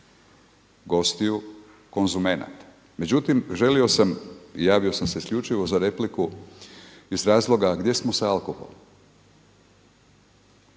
gostiju konzumenata. Međutim, želio sam i javio sam se isključivo za repliku iz razloga gdje smo sa alkoholom?